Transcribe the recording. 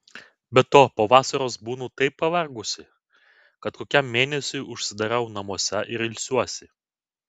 be to po vasaros būnu taip pavargusi kad kokiam mėnesiui užsidarau namuose ir ilsiuosi